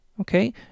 okay